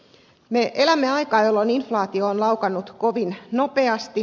me elämme aikaa jolloin inflaatio on laukannut kovin nopeasti